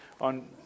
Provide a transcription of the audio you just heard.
on